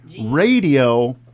radio